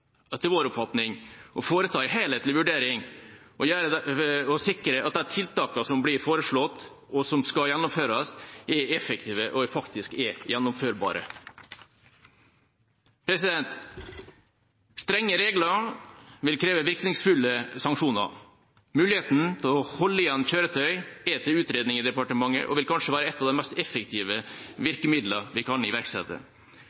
etter vår oppfatning, å foreta en helhetlig vurdering og sikre at de tiltakene som blir foreslått, og som skal gjennomføres, er effektive, og at de faktisk er gjennomførbare. Strenge regler vil kreve virkningsfulle sanksjoner. Muligheten til å holde igjen kjøretøy er til utredning i departementet og vil kanskje være et av de mest effektive